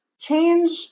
change